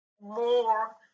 more